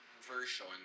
version